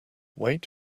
wait